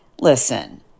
Listen